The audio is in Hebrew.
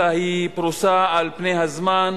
אלא היא פרוסה על פני הזמן,